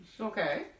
Okay